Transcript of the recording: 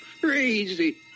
crazy